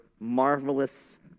marvelous